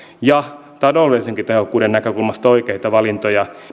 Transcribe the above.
ja taloudellisenkin tehokkuuden näkökulmasta oikea valinta